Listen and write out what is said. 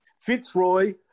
Fitzroy